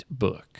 book 。